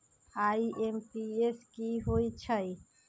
IMPS की होईछइ?